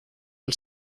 del